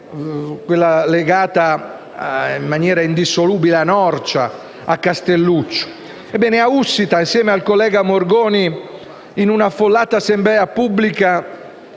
quella legata in maniera indissolubile a Norcia e a Castelluccio. Ebbene, a Ussita, io e il collega Morgoni, in un’affollata assemblea pubblica,